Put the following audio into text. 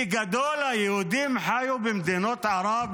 בגדול היהודים חיו במדינות ערב,